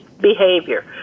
behavior